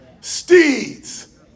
steeds